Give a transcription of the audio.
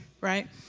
right